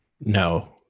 No